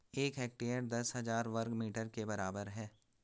एक हेक्टेयर दस हजार वर्ग मीटर के बराबर है